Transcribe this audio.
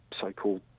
so-called